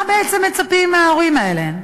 מה בעצם מצפים מההורים האלה?